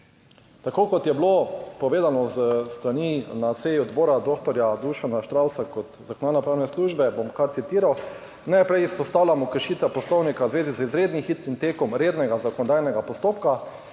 Tako kot je bilo povedano s strani na seji odbora doktorja Dušana Štravsa kot Zakonodajno-pravne službe, bom kar citiral: "Najprej izpostavljamo kršitve Poslovnika v zvezi z izredno hitrim tekom rednega zakonodajnega postopka.